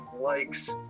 likes